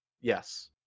Yes